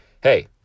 Hey